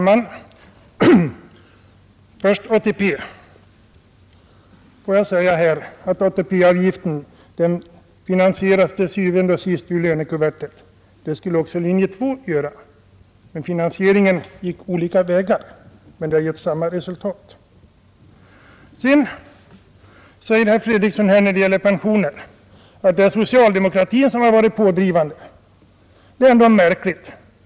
Herr talman! Först ATP! ATP-avgiften finansieras til syvende og sidst ur lönekuverten. Det skulle också linje 2 ha gjort. Finansieringen gick visserligen olika vägar men slutresultatet skulle ha blivit detsamma, ökad ålderstrygghet. Herr Fredriksson säger att det är socialdemokratin som har varit pådrivande när det gäller pensionen.